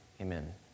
Amen